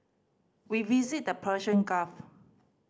we visited the Persian Gulf